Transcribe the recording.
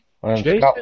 Jason